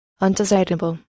Undesirable